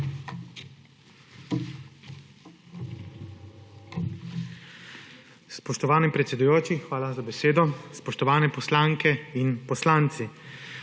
Spoštovani predsedujoči, hvala za besedo. Spoštovani poslanke in poslanci!